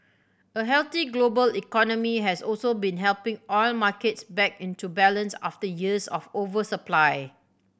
a healthy global economy has also been helping oil markets back into balance after years of oversupply